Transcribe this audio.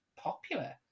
popular